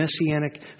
messianic